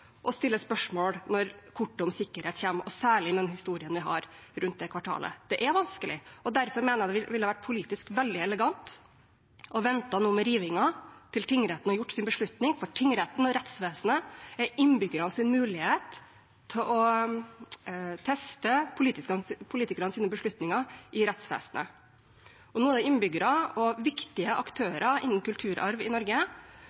å stille spørsmål når kortet om sikkerhet kommer, og særlig med den historien vi har rundt det kvartalet. Det er vanskelig. Derfor mener jeg det ville vært politisk veldig elegant å vente med rivingen til tingretten har tatt sin beslutning, for tingretten og rettsvesenet er innbyggernes mulighet til å teste politikernes beslutninger i rettsvesenet. Det er innbyggere, som også er viktige aktører innenfor kulturarv i Norge,